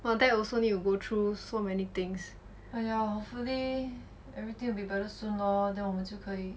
but then also need to go through so many things yeah